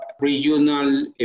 regional